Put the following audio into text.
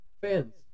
fans